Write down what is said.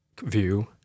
view